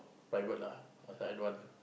divert lah I say I don't want